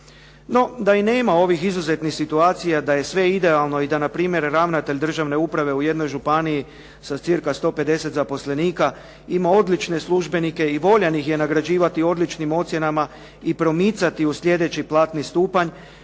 No, da i nema ovih izuzetnih situacija da je sve idealno i da npr. ravnatelj državne uprave u jednoj županiji sa cca. 150 zaposlenika ima odlične službenike i voljan ih je nagrađivati odličnim ocjenama i promicati u sljedeći platni stupanj,